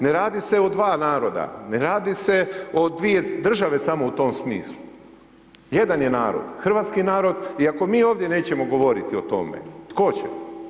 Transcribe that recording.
Ne radi se o dva naroda, ne radi se o dvije države samo u tom smislu, jedan je narod, hrvatski narod i ako mi ovdje nećemo govoriti o tome, tko će?